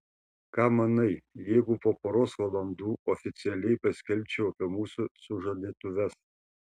ką manai jeigu po poros valandų oficialiai paskelbčiau apie mūsų sužadėtuves